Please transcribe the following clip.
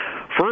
first